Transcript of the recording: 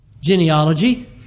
genealogy